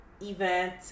event